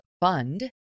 Fund